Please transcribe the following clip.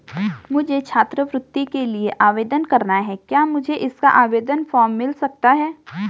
मुझे छात्रवृत्ति के लिए आवेदन करना है क्या मुझे इसका आवेदन फॉर्म मिल सकता है?